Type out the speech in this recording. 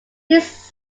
this